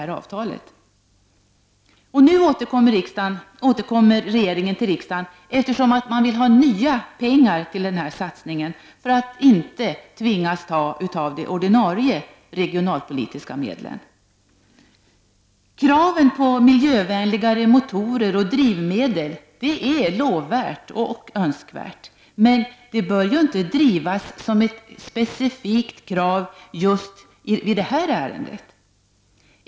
Regeringen återkommer nu till riksdagen, eftersom man vill ha nya pengar till denna satsning för att inte tvingas ta av de ordinarie regionalpolitiska medlen. Kraven på miljövänligare motorer och drivmedel är lovvärda och önskvärda, men de bör inte drivas som ett specifikt krav i just detta ärende.